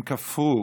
הם כפרו